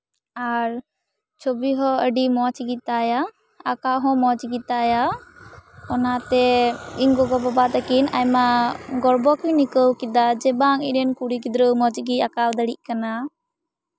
ᱟᱨ ᱪᱷᱚᱵᱤ ᱦᱚᱸ ᱟᱹᱰᱤ ᱢᱚᱸᱡ ᱜᱮᱛᱟᱭᱟ ᱟᱸᱠᱟᱣ ᱦᱚᱸ ᱢᱚᱸᱡ ᱜᱮᱛᱟᱭᱟ ᱚᱱᱟᱛᱮ ᱤᱧ ᱜᱚᱜᱚᱼᱵᱟᱵᱟ ᱛᱟᱹᱠᱤᱱ ᱟᱭᱢᱟ ᱜᱚᱨᱵᱚ ᱠᱤᱱ ᱟᱹᱭᱠᱟᱹᱣ ᱠᱮᱫᱟ ᱡᱮ ᱵᱟᱝ ᱤᱧ ᱨᱮᱱ ᱠᱩᱲᱤ ᱜᱤᱫᱽᱨᱟᱹ ᱢᱚᱸᱡ ᱜᱮᱭ ᱟᱸᱠᱟᱣ ᱫᱟᱲᱤᱭᱟᱜ ᱠᱟᱱᱟ